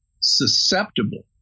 susceptible